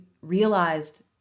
realized